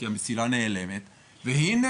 כי המסילה נעלמת והנה,